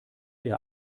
ihr